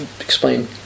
explain